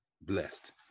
blessed